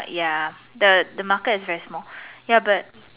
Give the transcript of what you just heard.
ya the the market is very small ya but